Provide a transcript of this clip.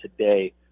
today